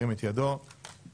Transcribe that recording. הצבעה אושר.